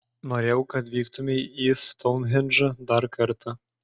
norėjau kad vyktumei į stounhendžą dar kartą